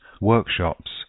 workshops